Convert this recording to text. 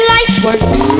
Lightworks